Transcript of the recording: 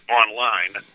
online